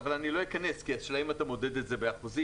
אבל לא אכנס כי השאלה היא האם אתה מודד את זה באחוזים.